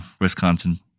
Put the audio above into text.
Wisconsin